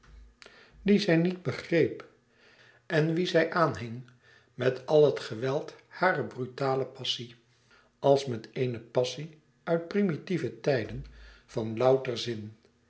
dien zij niet begreep en wien zij aanhing met al het geweld harer brutale passie als met eene passie uit primitieve tijden van louter zin